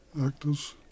actors